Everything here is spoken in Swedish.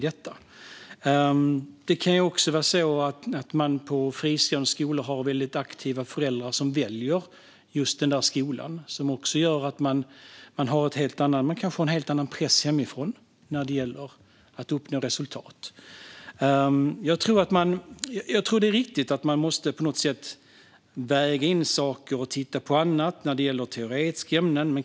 Det kan också vara så att man på en fristående skola har väldigt aktiva föräldrar som har valt just den skolan. Då har eleverna en helt annan press hemifrån när det gäller att uppnå resultat. Jag tror att det är riktigt att man måste väga in saker och titta på annat när det gäller teoretiska ämnen.